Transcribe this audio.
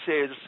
says